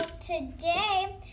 today